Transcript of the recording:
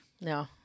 No